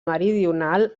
meridional